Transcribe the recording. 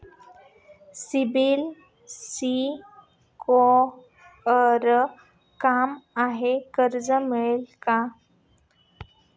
CIBIL score कमी आहे कर्ज मिळेल का?